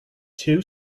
two